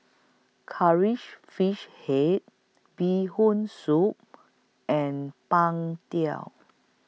Curry She Fish Head Bee Hoon Soup and Png Tao